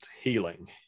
healing